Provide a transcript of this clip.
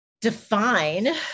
define